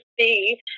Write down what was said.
see